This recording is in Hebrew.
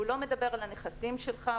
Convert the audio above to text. הוא לא מדבר על הנכסים שלך,